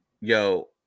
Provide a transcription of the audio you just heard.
Yo